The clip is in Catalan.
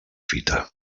fita